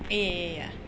!aiya!